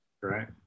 Right